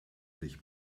sich